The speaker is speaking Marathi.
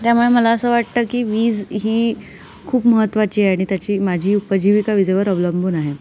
त्यामुळे मला असं वाटतं की वीज ही खूप महत्त्वाची आहे आणि त्याची माझी उपजीविका वीजेवर अवलंबून आहे